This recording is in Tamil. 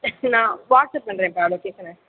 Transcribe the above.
நான் வாட்ஸ்அப் பண்ணுறேன்பா லொகேஷனை